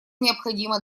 необходимо